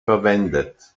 verwendet